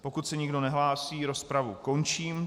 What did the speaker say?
Pokud se nikdo nehlásí, rozpravu končím.